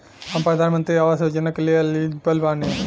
हम प्रधानमंत्री आवास योजना के लिए एलिजिबल बनी?